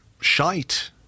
shite